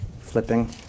flipping